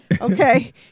Okay